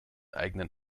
eigenen